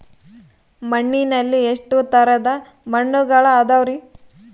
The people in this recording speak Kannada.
ಮಣ್ಣಿನಲ್ಲಿ ಎಷ್ಟು ತರದ ಮಣ್ಣುಗಳ ಅದವರಿ?